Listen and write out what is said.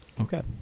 Okay